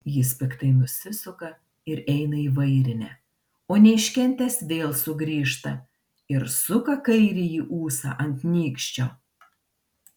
jis piktai nusisuka ir eina į vairinę o neiškentęs vėl sugrįžta ir suka kairįjį ūsą ant nykščio